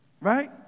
Right